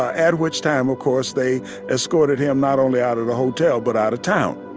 at which time, of course, they escorted him not only out of the hotel but out of town